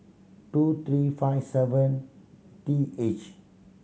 two three five seven T H